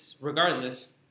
Regardless